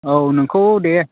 औ नोंखौ दे